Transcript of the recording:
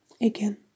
again